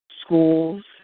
schools